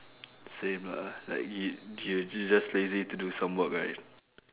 same lah like it you're just lazy to do some work right